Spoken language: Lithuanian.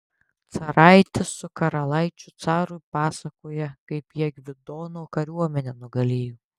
caraitis su karalaičiu carui pasakoja kaip jie gvidono kariuomenę nugalėjo